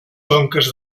conques